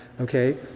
Okay